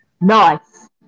Nice